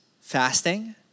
fasting